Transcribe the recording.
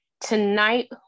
Tonight